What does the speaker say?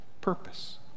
purpose